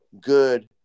good